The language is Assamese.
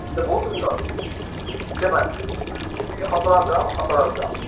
উন্নত বহুত উন্নত আমি খটৰাত যাওঁ